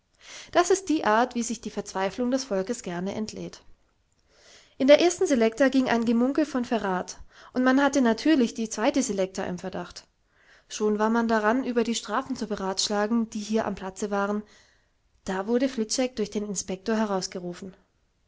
das ist die art wie sich die verzweiflung des volkes gerne entlädt in der ersten selekta ging ein gemunkel von verrat und man hatte natürlich die zweite selekta im verdacht schon war man daran über die strafen zu beratschlagen die hier am platze waren da wurde fliczek durch den inspektor herausgerufen